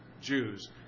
Jews